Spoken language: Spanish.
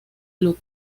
club